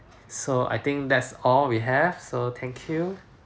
so I think that's all we have so thank you